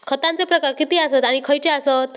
खतांचे प्रकार किती आसत आणि खैचे आसत?